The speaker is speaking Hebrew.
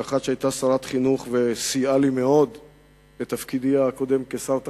כמי שהיתה שרת החינוך וסייעה לי מאוד בתפקידי הקודם כשר התחבורה,